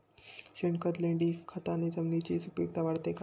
शेणखत, लेंडीखताने जमिनीची सुपिकता वाढते का?